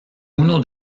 uno